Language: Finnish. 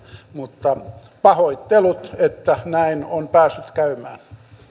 mutta pahoittelut että näin on päässyt käymään